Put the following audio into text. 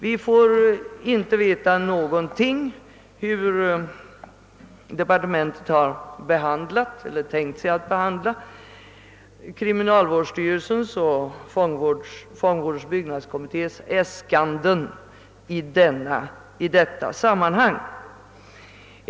Vi får inte veta någonting om hur departementet har behandlat eller tänkt sig att behandla äskandena av kriminalvårdsstyrelsen och fångvårdens byggnadskommitté i detta sammanhang.